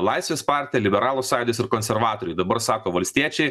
laisvės partija liberalų sąjūdis ir konservatoriai dabar sako valstiečiai